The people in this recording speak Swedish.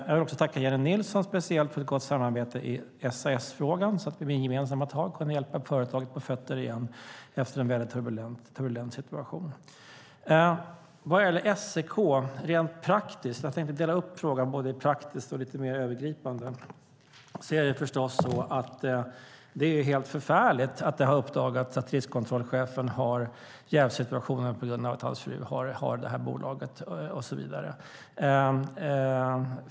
Jag vill också tacka Jennie Nilsson speciellt för ett gott samarbete i SAS-frågan där vi med gemensamma tag kunde hjälpa företaget på fötter igen efter en väldigt turbulent situation. Vad gäller SEK är det praktiskt sett helt förfärligt att det har uppdagats att riskkontrollchefen är i en jävsituation på grund av att hans fru har detta bolag och så vidare.